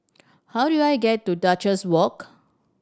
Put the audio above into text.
how do I get to Duchess Walk